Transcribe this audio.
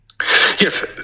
Yes